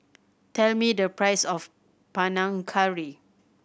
tell me the price of Panang Curry